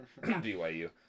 BYU